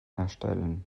erstellen